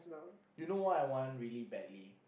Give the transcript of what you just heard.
you know what I want really badly